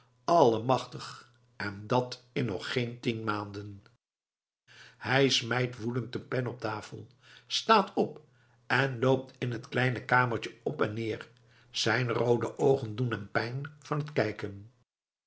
allemachtig en dat in nog geen tien maanden hij smijt woedend de pen op tafel staat op en loopt in t kleine kamertje op en neer zijn roode oogen doen hem pijn van t kijken